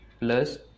plus